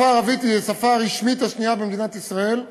השפה הערבית היא השפה הרשמית השנייה במדינת ישראל,